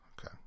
okay